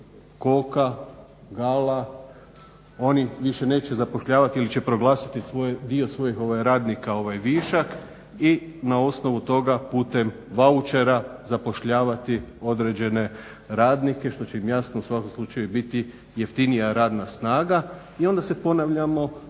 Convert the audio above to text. Koka, Gala, oni više neće zapošljavati ili će proglasiti dio svojih radnika višak i na osnovu toga putem vaučera zapošljavati određene radnike što će im u svakom slučaju biti jeftinija radna snaga i onda se ponavljamo opet